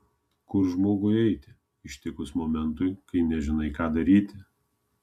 kur žmogui eiti ištikus momentui kai nežinai ką daryti